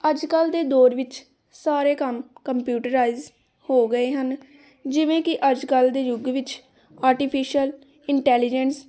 ਅੱਜ ਕੱਲ ਦੇ ਦੌਰ ਵਿੱਚ ਸਾਰੇ ਕੰਮ ਕੰਪਿਊਟਰਾਈਜ ਹੋ ਗਏ ਹਨ ਜਿਵੇਂ ਕਿ ਅੱਜ ਕੱਲ ਦੇ ਯੁੱਗ ਵਿੱਚ ਆਰਟੀਫਿਸ਼ਅਲ ਇੰਟੈਲੀਜੈਂਟਸ